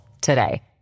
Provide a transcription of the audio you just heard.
today